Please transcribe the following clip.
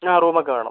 ആ റൂമൊക്കെ വേണം